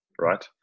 right